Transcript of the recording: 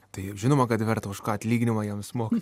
tai žinoma kad verta už ką atlyginimą jiems moka